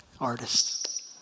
Artist